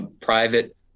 private